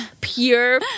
pure